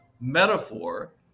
metaphor